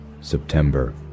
September